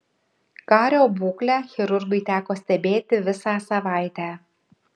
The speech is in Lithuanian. kario būklę chirurgui teko stebėti visą savaitę